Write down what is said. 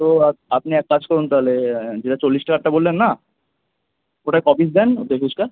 তো আপনি এক কাজ করুন তাহলে যেটা চল্লিশ টাকারটা বললেন না ওটায় ক পিস দেন দই ফুচকা